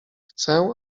chcę